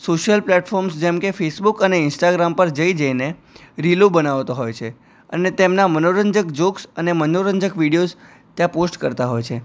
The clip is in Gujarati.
સોશિયલ પ્લેટફોર્મ્સ જેમકે ફેસબુક અને ઇન્સ્ટાગ્રામ પર જઈ જઈને રીલો બનાવતા હોય છે અને તેમના મનોરંજક જૉક્સ અને માનોરંજક વીડિયોઝ ત્યાં પોસ્ટ કરતા હોય છે